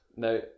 Now